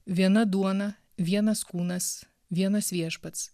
viena duona vienas kūnas vienas viešpats